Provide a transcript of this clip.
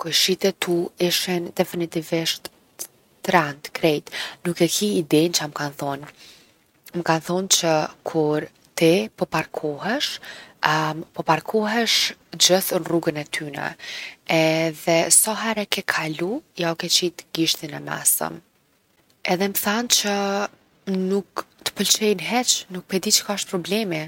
Kojshitë e tu ishin definitivisht t’trent krejt. Nuk e ki idenë çka m’kan thonë. M’kan thonë që kur ti po parkohesh po parkohesh gjithë n’rrugën e tyne edhe sahere ke kalu jau ke qit gishtin e mesëm. Edhe m’thanë që nuk t’pëlqejnë hiq, nuk p’e di çka osht problemi.